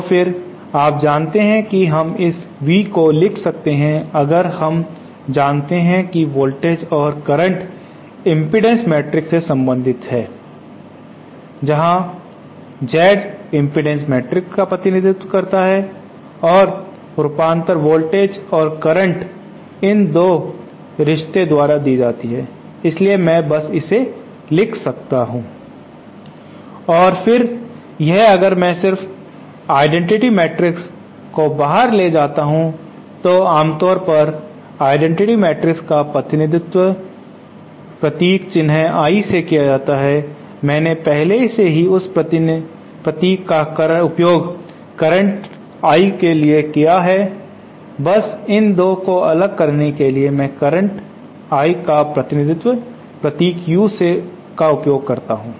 तो फिर आप जानते हैं कि हम इस V को लिख सकते हैं अगर हम जानते हैं कि वोल्टेज और करंट इम्पीडेन्स मैट्रिक्स से संबंधित है जहां Z इम्पीडेन्स मैट्रिक्स का प्रतिनिधित्व करता है और रूपांतर और करंट इन दो रिश्ते द्वारा दी जाती है इसलिए मैं बस इसे लिख सकता हूं और फिर यह अगर मैं सिर्फ आइडेंटिटी मैट्रिक्स को बाहर ले जाता हूं तो आमतौर पर आइडेंटिटी मैट्रिक्स का प्रतिनिधित्व प्रतीक चिन्ह I से किया जाता है मैंने पहले से ही उस प्रतीक का उपयोग करंट I के लिए किया है बस इन दो को अलग करने के लिए मैं करंट I का प्रतिनिधित्व प्रतीक U का उपयोग करता हूं